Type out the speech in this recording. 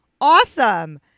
awesome